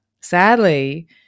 sadly